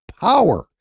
power